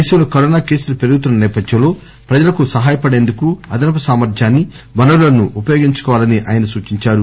దేశంలో కరోనా కేసులు పెరుగుతున్న నేపథ్యంలో ప్రజలకు సహాయపడేందుకు అదనపు సామర్థ్యాన్ని వనరులను ఉపయోగించుకోవాలని ఆయన సూచిందారు